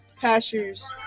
pastures